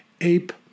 ape